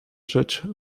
rzecz